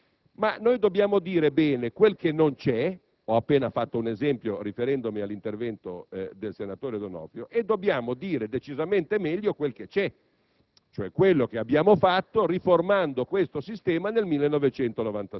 Confondere una cosa con l'altra è privo di senso per definizione. Noi dobbiamo dire bene quel che non c'è (ho appena fatto un esempio, riferendomi all'intervento del senatore D'Onofrio) e dobbiamo dire decisamente meglio quel che c'è,